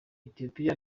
ethiopie